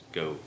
go